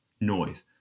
noise